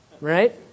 right